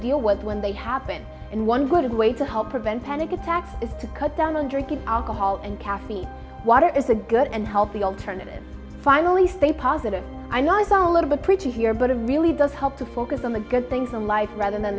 deal was when they happen and one good way to help prevent panic attacks is to cut down on drinking alcohol and caffeine water is a good and healthy alternative finally stay positive i know i sound a little bit preachy here but it really does help to focus on the good things in life rather than